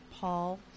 paul